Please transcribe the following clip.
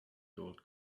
gold